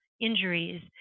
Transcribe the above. injuries